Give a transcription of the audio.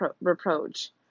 reproach